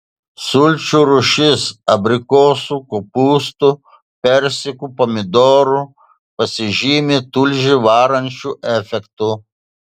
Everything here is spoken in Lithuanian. sulčių rūšis abrikosų kopūstų persikų pomidorų pasižymi tulžį varančiu efektu